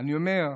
אני אומר,